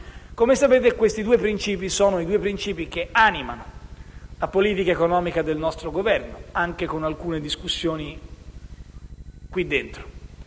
Come sapete, questi sono i due principi che animano la politica economica del nostro Governo, anche con alcune discussioni in